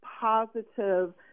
positive